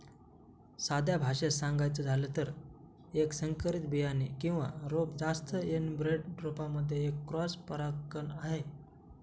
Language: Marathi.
साध्या भाषेत सांगायचं झालं तर, एक संकरित बियाणे किंवा रोप जास्त एनब्रेड रोपांमध्ये एक क्रॉस परागकण आहे